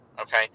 okay